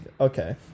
Okay